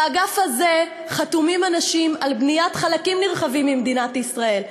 באגף הזה חתומים אנשים על בניית חלקים נרחבים ממדינת ישראל.